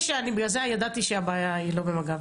ידעתי שהבעיה היא לא במג"ב,